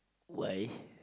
why